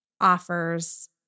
offers